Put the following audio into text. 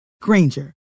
Granger